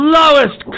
lowest